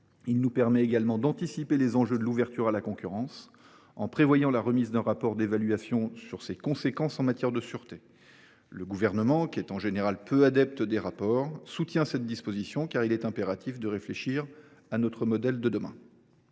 Ce texte vise également à anticiper les enjeux de l’ouverture à la concurrence en prévoyant la remise d’un rapport d’évaluation sur les conséquences en matière de sûreté. Le Gouvernement, qui est en général peu adepte des rapports, soutient cette disposition, car il est impératif de réfléchir à notre modèle de demain.